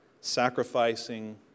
Sacrificing